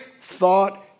thought